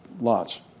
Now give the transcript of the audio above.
lots